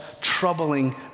troubling